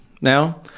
Now